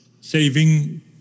saving